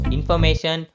Information